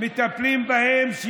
ומטפלים בהם,